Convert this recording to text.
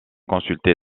consulter